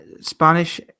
Spanish